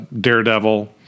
Daredevil